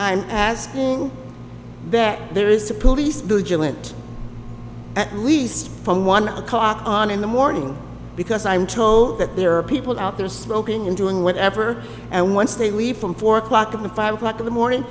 i'm asking that there is a police at least from one o'clock on in the morning because i'm told that there are people out there smoking and doing whatever and once they leave from four o'clock and five o'clock in the morning